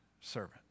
servant